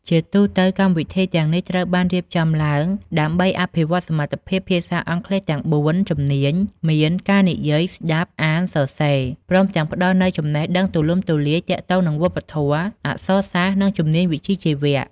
ជាទូទៅ កម្មវិធីទាំងនេះត្រូវបានរៀបចំឡើងដើម្បីអភិវឌ្ឍសមត្ថភាពភាសាអង់គ្លេសទាំង ៤ ជំនាញមាន ការនិយាយ ស្តាប់ អាន សរសេរ ព្រមទាំងផ្តល់នូវចំណេះដឹងទូលំទូលាយទាក់ទងនឹងវប្បធម៌ អក្សរសាស្ត្រ និងជំនាញវិជ្ជាជីវៈ។